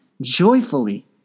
joyfully